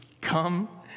come